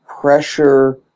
pressure